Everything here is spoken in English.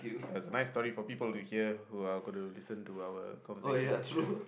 is a nice story for people to hear who are going to listen to our conversation yes